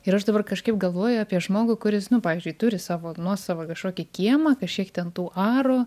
ir aš dabar kažkaip galvoju apie žmogų kuris nu pavyzdžiui turi savo nuosavą kažkokį kiemą kažkiek ten tų arų